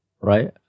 Right